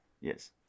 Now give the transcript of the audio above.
Yes